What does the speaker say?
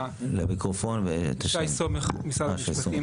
שי סומך, משרד המשפטים.